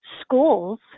schools